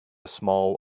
small